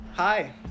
Hi